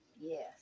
Yes